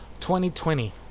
2020